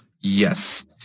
Yes